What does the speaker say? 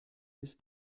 ist